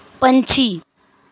ਪੰਛੀ